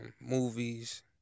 movies